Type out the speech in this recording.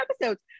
episodes